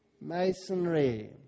Masonry